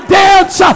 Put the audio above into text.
dance